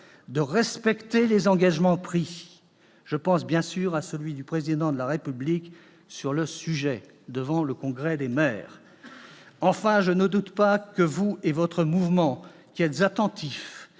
de respecter les engagements pris- je pense, bien sûr, à celui du Président de la République sur le sujet lors du Congrès des maires. Enfin, je ne doute pas que vous et votre mouvement, qui êtes attentifs